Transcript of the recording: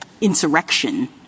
insurrection